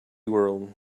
world